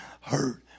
hurt